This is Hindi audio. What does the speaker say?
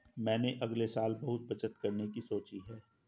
मैंने अगले साल बहुत बचत करने की सोची है